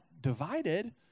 divided